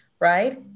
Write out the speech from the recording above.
Right